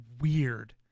weird